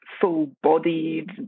full-bodied